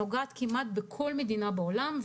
שנוגעת כמעט בכל מדינה בעולם.